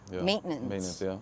maintenance